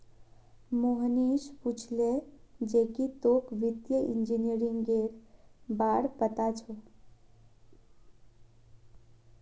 मोहनीश पूछले जे की तोक वित्तीय इंजीनियरिंगेर बार पता छोक